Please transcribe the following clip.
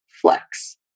flex